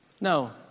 No